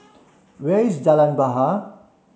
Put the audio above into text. where is Jalan Bahar